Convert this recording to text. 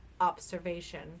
observation